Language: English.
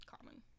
common